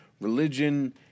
religion